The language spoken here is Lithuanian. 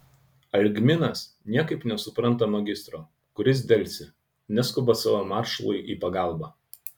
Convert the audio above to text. algminas niekaip nesupranta magistro kuris delsia neskuba savo maršalui į pagalbą